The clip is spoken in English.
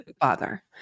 father